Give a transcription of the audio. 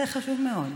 זה חשוב מאוד.